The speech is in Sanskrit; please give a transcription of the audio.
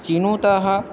चिनुतः